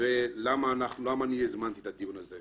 ולומר למה אני הזמנתי את הדיון הזה.